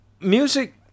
music